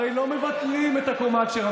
הרי לא מבטלים את הקומה הכשרה.